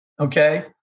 okay